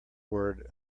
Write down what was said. word